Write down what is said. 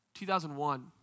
2001